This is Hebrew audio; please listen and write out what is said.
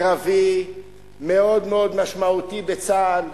קרבי מאוד מאוד משמעותי בצה"ל,